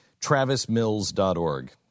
TravisMills.org